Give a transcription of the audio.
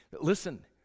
listen